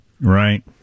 right